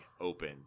open